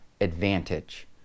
advantage